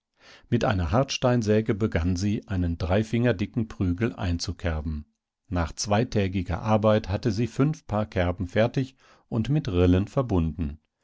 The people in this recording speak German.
mit einer hartsteinsäge begann sie einen dreifingerdicken prügel einzukerben nach zweitägiger arbeit hatte sie fünf paar kerben fertig und mit rillen verbunden